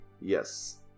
Yes